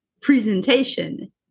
presentation